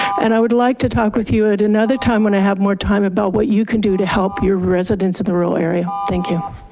and i would like to talk with you at another time when i have more time about what you can do to help your residents in the rural area. thank you.